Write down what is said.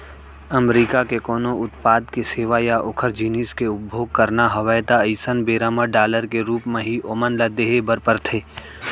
अमरीका के कोनो उत्पाद के सेवा या ओखर जिनिस के उपभोग करना हवय ता अइसन बेरा म डॉलर के रुप म ही ओमन ल देहे बर परथे